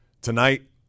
tonight